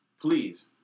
please